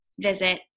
visit